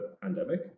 pandemic